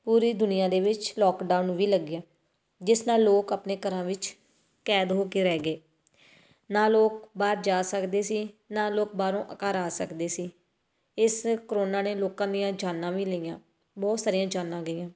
ਪੂਰੀ ਦੁਨੀਆਂ ਦੇ ਵਿੱਚ ਲੋਕਡਾਊਨ ਵੀ ਲੱਗਿਆ ਜਿਸ ਨਾਲ ਲੋਕ ਆਪਣੇ ਘਰਾਂ ਵਿੱਚ ਕੈਦ ਹੋ ਕੇ ਰਹਿ ਗਏ ਨਾ ਲੋਕ ਬਾਹਰ ਜਾ ਸਕਦੇ ਸੀ ਨਾ ਲੋਕ ਬਾਹਰੋਂ ਘਰ ਆ ਸਕਦੇ ਸੀ ਇਸ ਕਰੋਨਾ ਨੇ ਲੋਕਾਂ ਦੀਆਂ ਜਾਨਾਂ ਵੀ ਲਈਆਂ ਬਹੁਤ ਸਾਰੀਆਂ ਜਾਨਾਂ ਗਈਆਂ